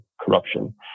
corruption